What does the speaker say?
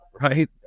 right